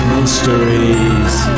Mysteries